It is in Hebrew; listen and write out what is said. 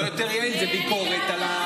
זה לא יעיל יותר, זו ביקורת על,